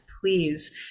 please